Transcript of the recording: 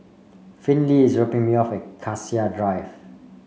Finley is dropping me off at Cassia Drive